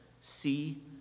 See